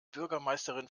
bürgermeisterin